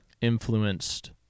influenced